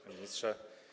Panie Ministrze!